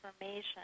information